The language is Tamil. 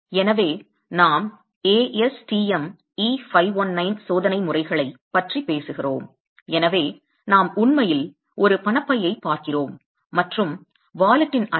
எனவே நாம் ASTM E519 சோதனை முறைகளைப் பற்றி பேசுகிறோம் எனவே நாம் உண்மையில் ஒரு பணப்பையைப் பார்க்கிறோம் மற்றும் பணப்பையின் அளவு 1